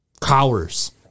cowers